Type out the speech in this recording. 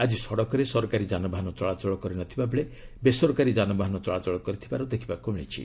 ଆଜି ସଡ଼କରେ ସରକାରୀ ଯାନବାହନ ଚଳାଚଳ କରି ନ ଥିବାବେଳେ ବେସରକାରୀ ଯାନବାହନ ଚଳାଚଳ କରିଥିବାର ଦେଖିବାକୁ ମିଳିଛି